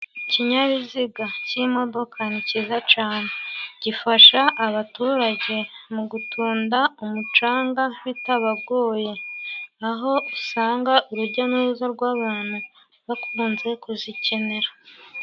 Ikinyabiziga cy'imodoka ni cyiza cane, gifasha abaturage mu gutunda umucanga bitabagoye, aho usanga urujya n'uruza rw'abantu bakunze kuzikenera.